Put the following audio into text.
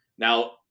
Now